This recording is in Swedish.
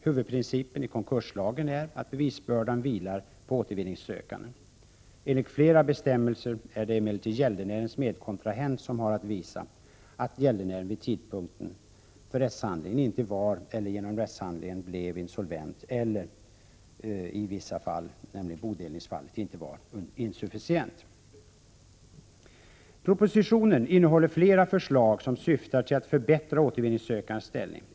Huvudprincipen i konkurslagen är att bevisbördan vilar på återvinningssökanden. Enligt flera bestämmelser har emellertid gäldenärens medkontrahent att rättshandlingen blev insolvent eller i vissa fall, nämligen bodelningsfall, inte var insufficient. Propositionen innehåller flera förslag som syftar till att förbättra återvinningssökandens ställning.